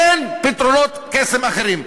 אין פתרונות קסם אחרים.